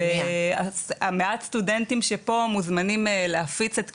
המעט סטודנטים שפה מוזמנים להפיץ את קיומנו,